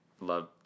love